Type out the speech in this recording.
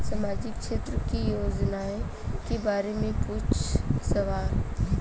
सामाजिक क्षेत्र की योजनाए के बारे में पूछ सवाल?